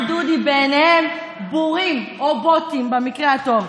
אנחנו בעיניהם בורים, דודי, או בוֹטים במקרה הטוב.